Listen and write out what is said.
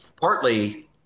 partly